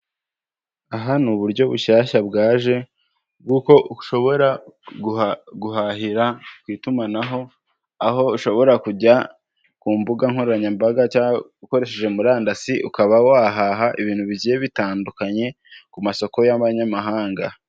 Aha ni uburyo bushyashya bwaje bw'uko ushobora guhahira ku itumanaho, aho ushobora kujya ku mbuga nkoranyambaga cyangwa ukoresheje murandasi, ukaba wahaha ibintu bigiye bitandukanye ku masoko y'abanyamahanga.